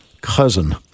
cousin